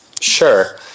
Sure